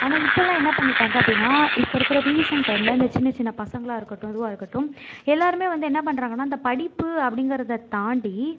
ஆனால் இப்போலாம் என்ன பண்ணிவிட்டாங்க அப்படினா இப்போ இருக்கிற ரீசென்ட் டைமில் இந்த சின்ன சின்ன பசங்களாக இருக்கட்டும் இதுவாக இருக்கட்டும் எல்லோருமே வந்து என்ன பண்ணுறாங்கனா இந்த படிப்பு அப்படிங்கிறத தாண்டி